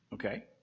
Okay